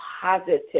positive